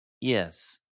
Yes